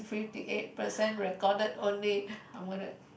fifty eight percent recorded only I'm gonna